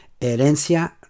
Herencia